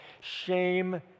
shame